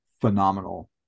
phenomenal